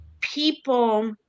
people